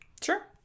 Sure